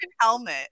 helmet